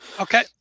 Okay